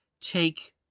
take